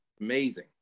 amazing